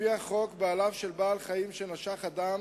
לפי החוק, בעליו של בעל-חיים שנשך אדם